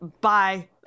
bye